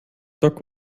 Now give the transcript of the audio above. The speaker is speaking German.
dock